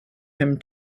him